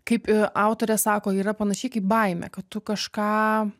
kaip autorė sako yra panašiai kaip baimė kad tu kažką